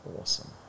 awesome